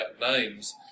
names